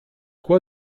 quoi